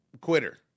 quitter